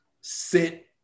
sit